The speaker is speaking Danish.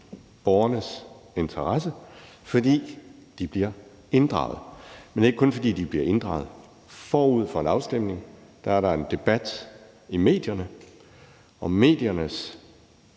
borgernes interesse, fordi de bliver inddraget. Men det er ikke kun, fordi de bliver inddraget. Forud for en afstemning er der en debat i medierne, og mediernes